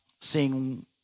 seeing